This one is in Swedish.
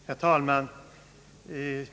Herr talman!